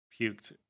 puked